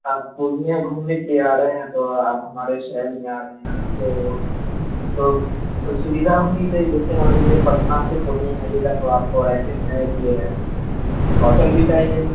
آپ پورنیہ گھومنے کے لیے آ رہے ہیں تو آپ ہمارے شہر میں آرہے ہیں آپ تو تو سویدھا ہونی چاہیے جیسے مان لیجیے پٹنہ سے پورنیہ آئیے گا تو آپ کو رہنے سہنے کے لیے ہوٹل بھی چاہیے